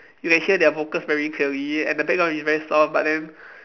you can hear their vocals very clearly and the background is very soft but then